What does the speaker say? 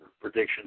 predictions